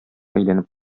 әйләнеп